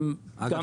אגב,